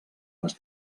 les